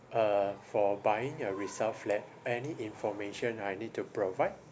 uh for buying a resale flat any information I need to provide